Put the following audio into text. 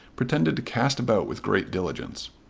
pretended to cast about with great diligence.